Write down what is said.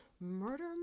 murder